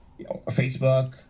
facebook